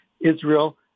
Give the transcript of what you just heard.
Israel